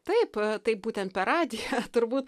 taip tai būtent per radiją turbūt